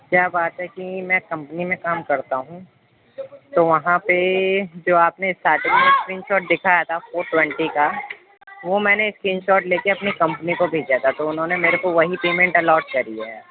کیا بات ہے کہ میں ایک کمپنی میں کام کرتا ہوں تو وہاں پہ جو آپ میں اسٹارٹنگ میں اسکرین شاٹ دکھایا تھا فور ٹوینٹی کا وہ میں نے اسکرین شاٹ لے کے اپنے کمپنی کو بھیجا تھا تو انہوں نے میرے کو وہی پیمنٹ الاٹ کری ہے